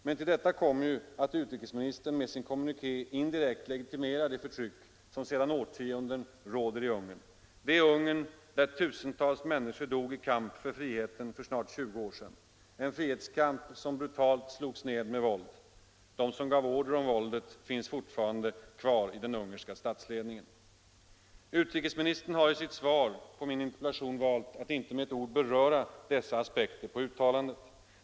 Men till detta kommer att utrikesministern med sin kommuniké indirekt legitimerar det förtryck som sedan årtionden råder i Ungern, det Ungern där tusentals människor dog i kamp för friheten för snart 20 år sedan — en frihetskamp som brutalt slogs ned med våld. De som gav order om våldet finns fortfarande i den ungerska statsledningen. Utrikesministern har i sitt svar på min interpellation valt att inte med ett ord beröra dessa aspekter på uttalandet.